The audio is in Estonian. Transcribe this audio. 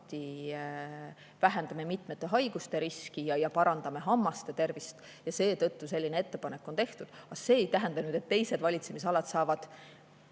vähendame sellega mitmete haiguste riski ja parandame hammaste tervist. Seetõttu selline ettepanek on tehtud. Aga see ei tähenda, et teised valitsemisalad saavad